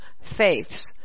faiths